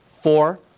Four